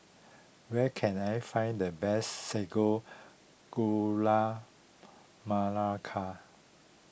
where can I find the best Sago Gula Malaka